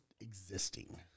existing